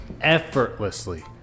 effortlessly